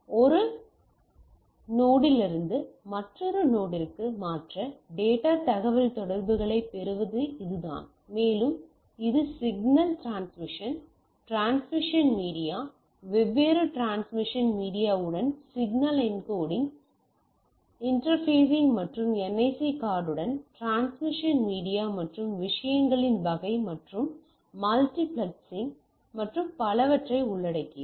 ஒரு நோடிலிருந்து மற்றொரு நோடிற்கு மாற்ற டேட்டாத் தகவல்தொடர்புகளை பெறுவது இதுதான் மேலும் இது சிக்னல் டிரான்ஸ்மிஷன் டிரான்ஸ்மிஷன் மீடியா வெவ்வேறு டிரான்ஸ்மிஷன் மீடியாவுடன் சிக்னல் என்கோடிங் இன்டர்ஃபேசிங் மற்றும் NIC கார்டுடன் டிரான்ஸ்மிஷன் மீடியா மற்றும் விஷயங்களின் வகை மற்றும் மல்டிபிளக்சிங் மற்றும் பலவற்றை உள்ளடக்கியது